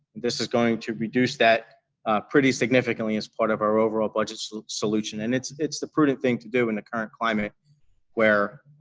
this is going to reduce that pretty significantly as part of our overall budget so solution and it's it's the prudent thing to do in the current climate where,